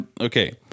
okay